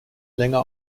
länger